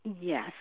Yes